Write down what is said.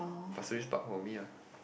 pasir-ris Park for me ah